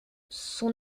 son